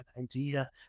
idea